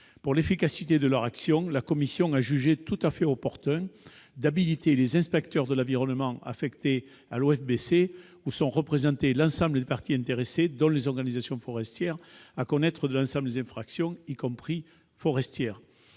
l'efficacité de leur action, la commission a jugé tout à fait opportun d'habiliter les inspecteurs de l'environnement affectés à l'OFBC, où seront représentées l'ensemble des parties intéressées, dont les organisations forestières, à connaître de l'ensemble des infractions, y compris forestières.